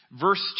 verse